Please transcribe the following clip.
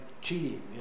cheating